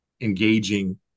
engaging